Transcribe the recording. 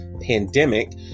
pandemic